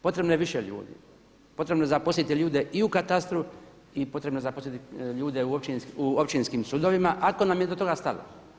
Potrebno je više ljudi, potrebno je zaposliti ljude i u katastru i potrebno je zaposliti ljude u općinskim sudovima ako nam je do toga stalo.